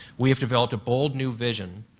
we have developed bold new vision